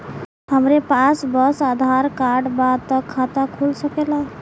हमरे पास बस आधार कार्ड बा त खाता खुल सकेला?